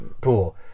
pool